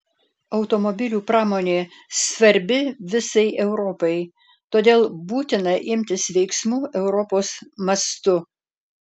automobilių pramonė svarbi visai europai todėl būtina imtis veiksmų europos mastu